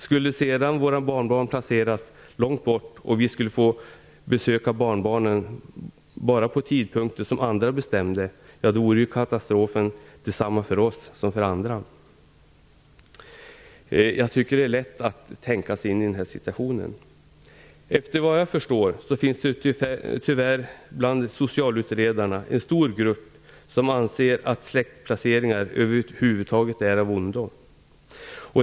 Skulle sedan våra barnbarn placeras långt bort och vi skulle få besöka barnbarnen bara på tidpunkter som andra bestämmer, vore katastrofen densamma för oss som för andra. Det är lätt att tänka sig in i den situationen. Efter vad jag förstår finns det tyvärr bland socialutredarna en stor grupp som anser att släktplaceringar över huvud taget är av ondo.